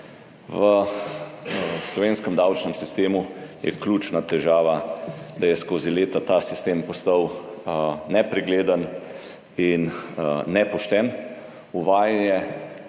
V slovenskem davčnem sistemu je ključna težava, da je skozi leta ta sistem postal nepregleden in nepošten.